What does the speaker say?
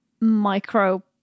micro